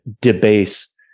debase